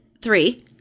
three